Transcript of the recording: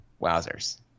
wowzers